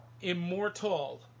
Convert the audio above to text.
Immortal